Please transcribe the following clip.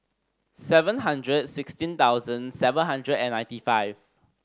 seven hundred sixteen thousand seven hundred and ninety five